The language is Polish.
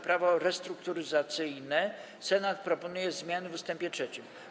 Prawo restrukturyzacyjne Senat proponuje zmiany w ust. 3.